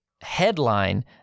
headline